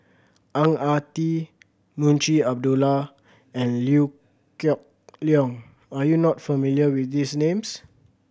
Ang Ah Tee Munshi Abdullah and Liew Geok Leong are you not familiar with these names